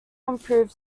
improved